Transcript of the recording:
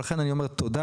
ולכם אני אומר תודה